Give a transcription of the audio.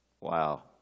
Wow